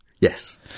Yes